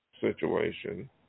situation